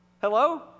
Hello